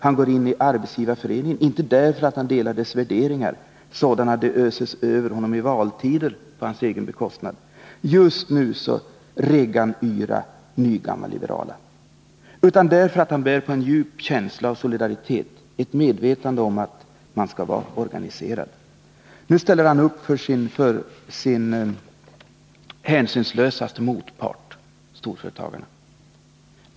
Han går in i Arbetsgivareföreningen, inte därför att han delar dess värderingar, sådana de öses över honom i valtider — på hans egen bekostnad och just nu så Reaganyra och nygammalliberala— utan därför att han bär på en djup känsla av solidaritet, ett medvetande om att man skall vara organiserad. Nu ställer han upp för sin hänsynslösaste motpart, storföretagaren.